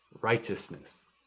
righteousness